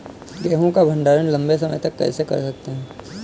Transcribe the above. गेहूँ का भण्डारण लंबे समय तक कैसे कर सकते हैं?